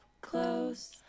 close